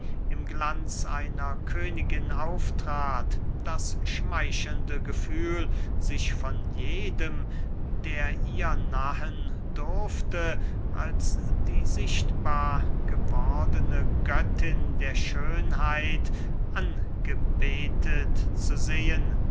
im glanz einer königin auftrat das schmeichelnde gefühl sich von jedem der ihr nahen durfte als die sichtbar gewordene göttin der schönheit angebetet zu sehen